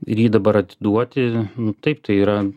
ir jį dabar atiduoti taip tai yra